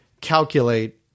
calculate